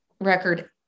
record